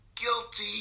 guilty